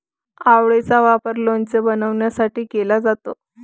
आवळेचा वापर लोणचे बनवण्यासाठी केला जातो